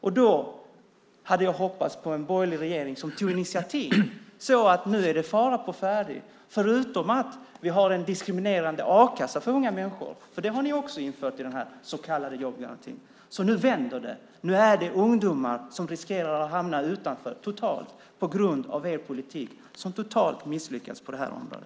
Jag hade hoppats på en borgerlig regering som tog initiativ när det är fara å färde. Förutom att vi har en diskriminerande a-kassa för unga människor, som ni har infört i den här så kallade jobbgarantin, är det ungdomar som riskerar att hamna totalt utanför på grund av er politik som har misslyckats helt på detta område.